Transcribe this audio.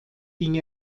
ging